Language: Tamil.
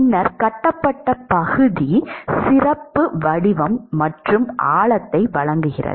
பின்னர் கட்டப்பட்ட பகுதி சிறப்பு வடிவம் மற்றும் ஆழத்தை வழங்குகிறது